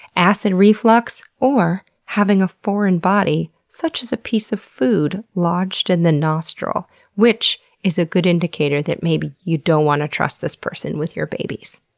acid reflux, or having a foreign body, such as a piece of food, lodged in the nostril which is a good indicator that maybe you don't want to trust this person with your babies.